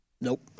Nope